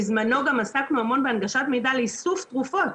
בזמנו עסקנו המון בהנגשת מידע לאיסוף תרופות.